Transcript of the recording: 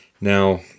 Now